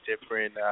different